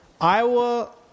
Iowa